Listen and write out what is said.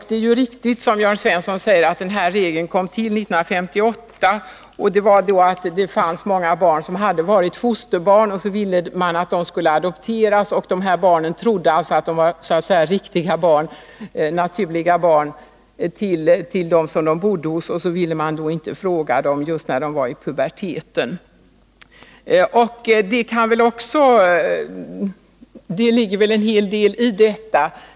Det är riktigt som Jörn Svensson säger, att den här regeln kom till 1958, då det fanns många barn som hade varit fosterbarn och som man ville adoptera. De barnen trodde att de var så att säga naturliga barn till dem som de bodde hos, och man ville inte fråga dem just när de var i puberteten. Det ligger väl en hel del i detta.